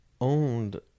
owned